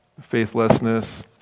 faithlessness